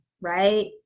right